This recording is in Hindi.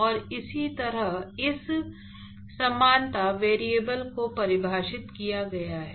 और इसी तरह इस समानता वेरिएबल को परिभाषित किया गया है